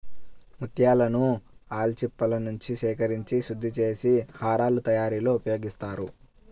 ముత్యాలను ఆల్చిప్పలనుంచి సేకరించి శుద్ధి చేసి హారాల తయారీలో ఉపయోగిస్తారు